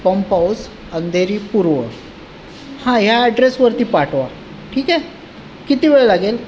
पॉम्पाऊस अंधेरी पूर्व हां ह्या ॲड्रेसवरती पाठवा ठीक आहे किती वेळ लागेल